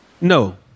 No